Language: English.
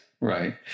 Right